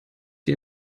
die